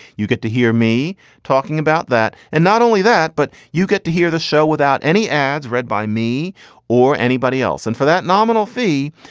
you get to hear me talking about that. and not only that, but you get to hear the show without any ads read by me or anybody else. and for that nominal fee,